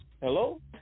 hello